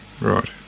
right